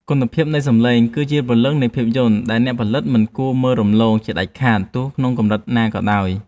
គុណភាពនៃសំឡេងគឺជាព្រលឹងនៃភាពយន្តដែលអ្នកផលិតមិនគួរមើលរំលងជាដាច់ខាតទោះក្នុងកម្រិតណាក៏ដោយ។